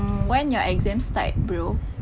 when your exam start bro